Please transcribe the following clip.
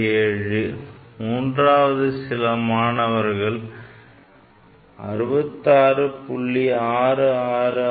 6667 மூன்றாவது சில மாணவர்கள் 66